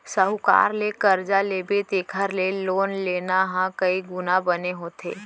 साहूकार ले करजा लेबे तेखर ले लोन लेना ह कइ गुना बने होथे